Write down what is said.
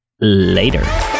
Later